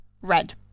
red